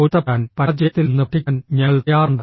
പൊരുത്തപ്പെടാൻ പരാജയത്തിൽ നിന്ന് പഠിക്കാൻ ഞങ്ങൾ തയ്യാറാണ്